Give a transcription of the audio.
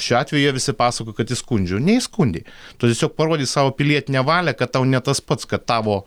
šiuo atveju jie visi pasakojo kad įskundžiau neįskundei tu tiesiog parodei savo pilietinę valią kad tau ne tas pats kad tavo